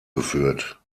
geführt